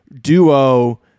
duo